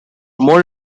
more